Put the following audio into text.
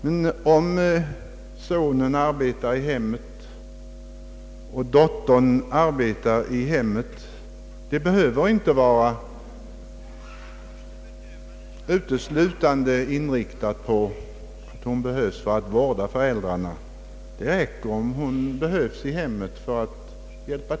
Men om dottern arbetar i hemmet är det tillräckligt att hennes hjälp behövs i hemmet exempelvis för dess skötsel — hennes uppgift i hemmet måste inte uteslutande vara inriktad på att vårda föräldrarna.